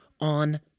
on